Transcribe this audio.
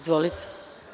Izvolite.